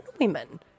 women